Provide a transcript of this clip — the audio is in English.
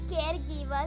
caregivers